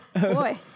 Boy